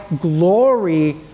glory